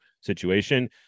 situation